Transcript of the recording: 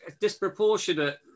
disproportionate